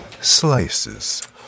Slices